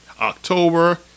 October